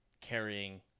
carrying